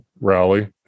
rally